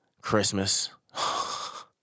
Christmas